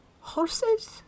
Horses